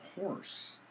horse